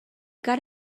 got